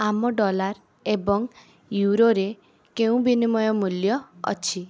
ଆମ ଡଲାର ଏବଂ ୟୁରୋରେ କେଉଁ ବିନିମୟ ମୂଲ୍ୟ ଅଛି